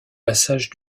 passages